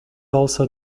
also